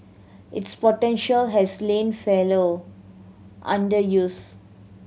its potential has lain fallow underuse